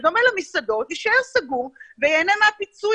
בדומה למסעדות יישאר סגור וייהנה מהפיצוי.